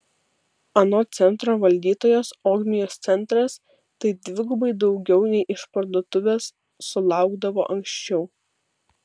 anot centro valdytojos ogmios centras tai dvigubai daugiau nei išparduotuvės sulaukdavo anksčiau